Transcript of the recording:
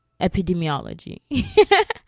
epidemiology